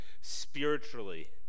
spiritually